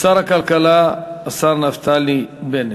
שר הכלכלה, השר נפתלי בנט.